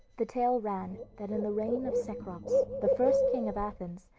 the tale ran that in the reign of cecrops, the first king of athens,